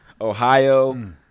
Ohio